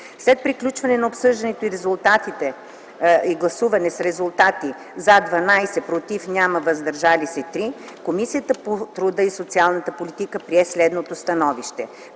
След приключване на обсъждането и гласуване с резултати: „за” – 1 глас, „против” – 1, и „въздържали се” – 18, Комисията по труда и социалната политика прие следното становище: